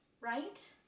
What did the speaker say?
Right